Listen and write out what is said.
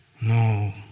no